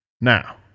Now